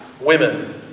Women